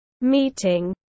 meeting